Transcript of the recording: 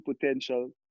potential